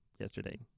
yesterday